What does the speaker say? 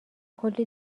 کلی